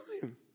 time